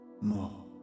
More